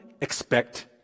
expect